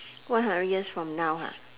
one hundred years from now ha